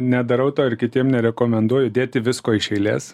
nedarau to ir kitiem nerekomenduoju dėti visko iš eilės